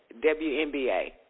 WNBA